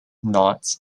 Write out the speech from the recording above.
knott